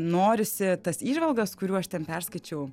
norisi tas įžvalgas kurių aš ten perskaičiau